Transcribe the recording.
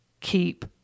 keep